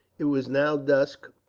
it was now dusk,